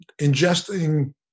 ingesting